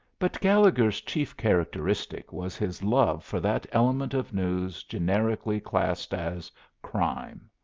but gallegher's chief characteristic was his love for that element of news generically classed as crime.